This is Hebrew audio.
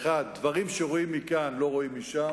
האחד, "דברים שרואים מכאן לא רואים משם",